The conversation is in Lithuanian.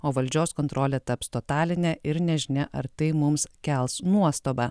o valdžios kontrolė taps totaline ir nežinia ar tai mums kels nuostabą